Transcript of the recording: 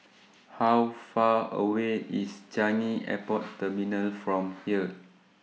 How Far away IS Changi Airport Terminal from here